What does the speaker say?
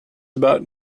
about